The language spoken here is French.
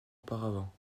auparavant